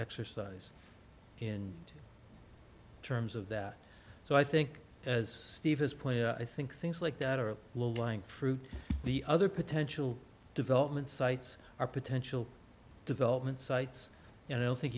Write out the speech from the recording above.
exercise in terms of that so i think as steve has point i think things like that are low lying fruit the other potential development sites are potential development sites and i don't think